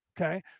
okay